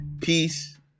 peace